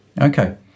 okay